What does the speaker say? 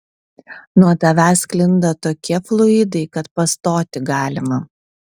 nuo tavęs sklinda tokie fluidai kad pastoti galima